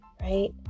right